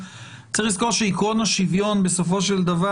ההצעה לעיגון עיקרון השוויון,